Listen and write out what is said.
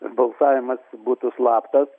balsavimas būtų slaptas